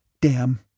Damn